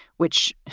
which